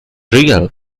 real